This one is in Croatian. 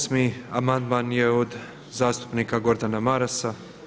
8. amandman je od zastupnika Gordana Marasa.